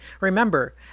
Remember